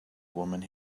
woman